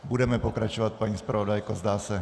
Budeme pokračovat, paní zpravodajko, zdá se.